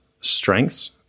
strengths